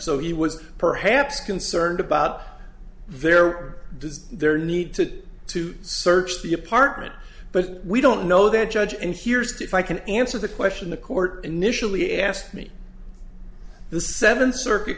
was perhaps concerned about their does there need to to search the apartment but we don't know that judge and here's the if i can answer the question the court initially asked me the seventh circuit